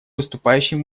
выступающим